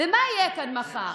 ומה יהיה כאן מחר?